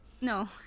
No